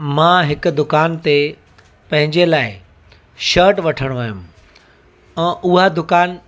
मां हिकु दुकान ते पंहिंजे लाइ शर्ट वठणु वियुमि ऐं उहा दुकानु